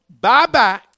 Bye-bye